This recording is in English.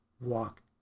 walk